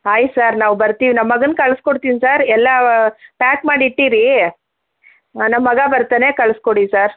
ಆಯ್ತು ಸರ್ ನಾವು ಬರ್ತೀವಿ ನಮ್ಮ ಮಗನ್ನ ಕಳಿಸಿಕೊಡ್ತೀನಿ ಸರ್ ಎಲ್ಲ ಪ್ಯಾಕ್ ಮಾಡಿ ಇಟ್ಟಿರಿ ನಮ್ಮ ಮಗ ಬರ್ತಾನೆ ಕಳಿಸಿಕೊಡಿ ಸರ್